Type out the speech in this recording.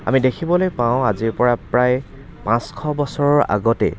আমি দেখিবলৈ পাওঁ আজিৰ পৰা প্ৰায় পাঁচশ বছৰৰ আগতেই